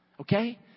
Okay